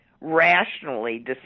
rationally